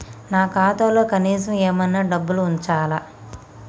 నా ఖాతాలో కనీసం ఏమన్నా డబ్బులు ఉంచాలా?